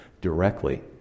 directly